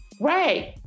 Right